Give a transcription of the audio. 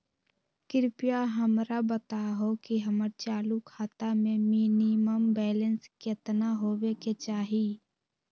कृपया हमरा बताहो कि हमर चालू खाता मे मिनिमम बैलेंस केतना होबे के चाही